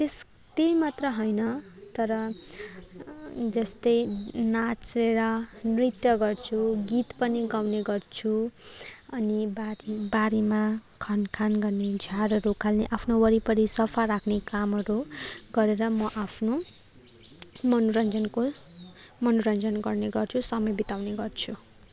त्यस त्यही मात्र होन तर जस्तै नाचेर नृत्य गर्छु गीत पनि गाउने गर्छु अनि बारी बारीमा खनखान गर्ने झारहरू उखाल्ने आफ्नो वरिपरि सफा राख्ने कामहरू गरेर म आफ्नो मनोरञ्जनको मनोरञ्जन गर्ने गर्छु समय बिताउने गर्छु